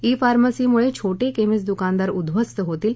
E फार्मसीमुळे छोटे chemist दूकानदार उध्वस्त होतील